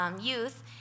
Youth